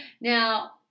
Now